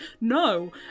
no